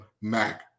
Mac